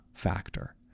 factor